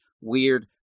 weird